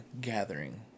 gathering